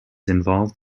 involved